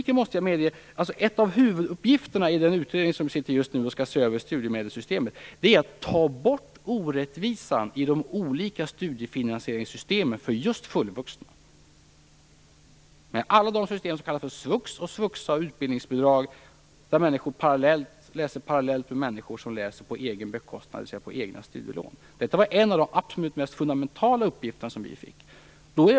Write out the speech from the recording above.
En av huvuduppgifterna för den utredning som nu skall se över studiemedelssystemen är att ta bort orättvisan i de olika studiefinansieringssystemen för just fullvuxna. Det handlar om svux, svuxa och utbildningsbidrag. Människor som får bidrag läser parallellt med människor som studerar på egen bekostnad, dvs. med egna studielån. Detta var en huvuduppgift som vi fick.